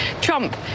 Trump